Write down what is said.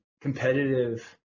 competitive